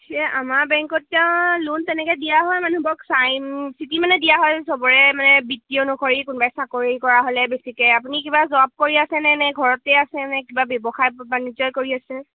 সেই আমাৰ বেংকত তেওঁ লোন তেনেকে দিয়া হয় মানুহবোৰক চাই চিটি মানে দিয়া হয় চবৰে মানে বিত্তীয় অনুসৰি কোনোবাই চাকৰি কৰা হ'লে বেছিকে আপুনি কিবা জব কৰি আছে ন নে ঘৰতে আছে নে কিবা ব্যৱসায় বাণিজ্য কৰি আছে